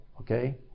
okay